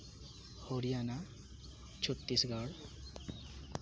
Haryana Chhattisgarh